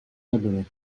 nebyly